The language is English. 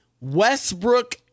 Westbrook